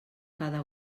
cada